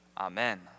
Amen